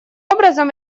образом